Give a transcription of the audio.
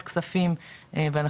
התחושות האלה הן